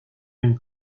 une